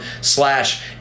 slash